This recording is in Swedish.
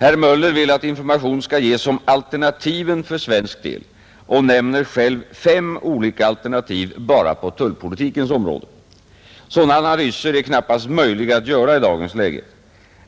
Herr Möller vill att information skall ges om alternativen för svensk del och nämner själv fem olika alternativ bara på tullpolitikens område. Sådana analyser är knappast möjliga att göra i dagens läge.